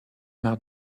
mars